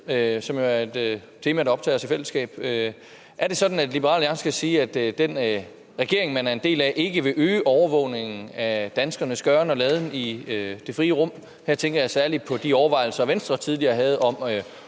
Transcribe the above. som jo er et tema, der optager os i fællesskab, er det så sådan, at Liberal Alliance kan sige, at den regering, man er en del af, ikke vil øge overvågningen af danskernes gøren og laden i de frie rum? Her tænker jeg særlig på de overvejelser, Venstre tidligere havde, om